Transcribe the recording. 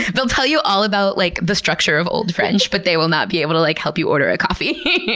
they'll tell you all about like the structure of old french, but they will not be able to like help you order a coffee.